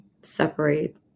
separate